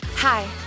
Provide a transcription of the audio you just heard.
Hi